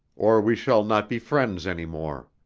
or we shall not be friends any more.